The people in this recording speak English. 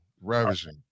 Ravishing